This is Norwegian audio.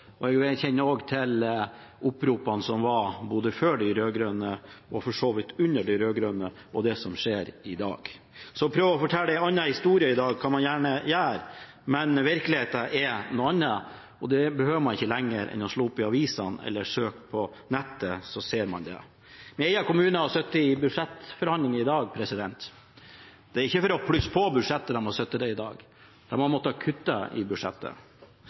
godt. Jeg kjenner også til oppropene som var før de rød-grønne, og for så vidt under de rød-grønne, og det som skjer i dag. Så å prøve å fortelle en annen historie i dag, kan man gjerne gjøre, men virkeligheten er noe annet. Man behøver ikke gå lenger enn å slå opp i avisene eller søke på nettet for å se det. Min egen kommune har sittet i budsjettforhandlinger i dag. Det er ikke for å plusse på budsjettet de har sittet der i dag – de har måttet kutte i budsjettet.